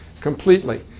completely